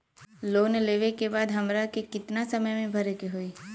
Loan लेवे के बाद हमरा के कितना समय मे भरे के होई?